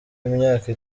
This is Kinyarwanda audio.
imyaka